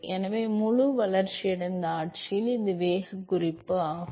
எனவே முழு வளர்ச்சியடைந்த ஆட்சியில் இது வேக விவரக்குறிப்பு ஆகும்